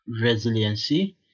resiliency